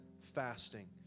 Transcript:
fasting